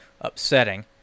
upsetting